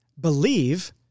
believe